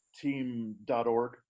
team.org